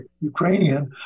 ukrainian